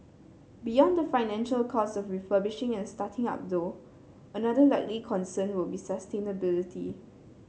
beyond the financial costs of refurbishing and starting up though another likely concern will be sustainability